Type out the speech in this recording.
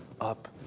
up